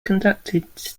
conducted